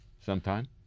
sometime